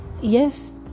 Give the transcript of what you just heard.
Yes